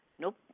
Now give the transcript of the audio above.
nope